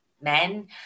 men